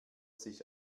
sich